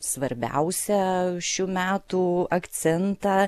svarbiausią šių metų akcentą